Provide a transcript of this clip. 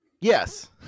Yes